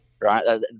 right